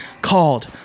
called